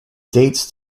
dates